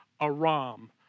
Aram